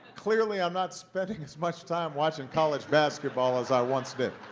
clearly, i'm not spending as much time watching college basketball as i once did.